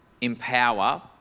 empower